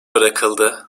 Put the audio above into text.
bırakıldı